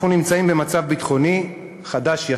אנחנו נמצאים במצב ביטחוני חדש-ישן,